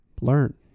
learn